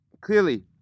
clearly